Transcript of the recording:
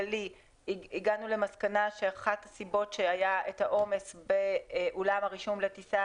נובע ממסקנה שאחת הסיבות לעומס באולם הרישום לטיסה